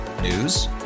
News